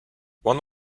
one